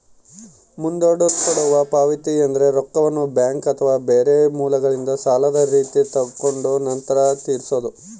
ಮುಂದೂಡಲ್ಪಟ್ಟ ಪಾವತಿಯೆಂದ್ರ ರೊಕ್ಕವನ್ನ ಬ್ಯಾಂಕ್ ಅಥವಾ ಬೇರೆ ಮೂಲಗಳಿಂದ ಸಾಲದ ರೀತಿ ತಗೊಂಡು ನಂತರ ತೀರಿಸೊದು